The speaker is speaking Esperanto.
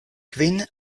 kvin